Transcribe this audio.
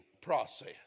process